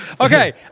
Okay